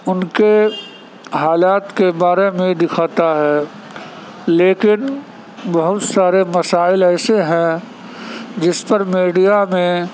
ان کے حالات کے بارے میں دکھاتا ہے لیکن بہت سارے مسائل ایسے ہے جس پر میڈیا میں